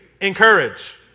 Encourage